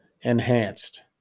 enhanced